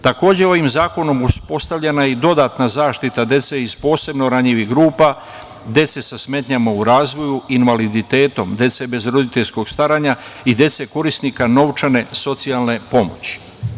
Takođe, ovim zakonom uspostavljena je i dodatna zaštita dece iz posebno ranjivih grupa, dece sa smetnjama u razvoju, invaliditetom, dece bez roditeljskog staranja i dece korisnika novčane socijalne pomoći.